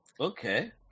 Okay